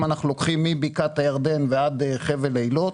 מבקעת הירדן ועד חבל אילות,